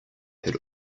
had